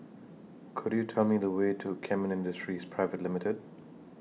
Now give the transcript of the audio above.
Could YOU Tell Me The Way to Kemin Industries Private Limited